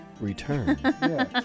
return